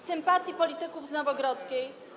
Sympatii polityków z Nowogrodzkiej?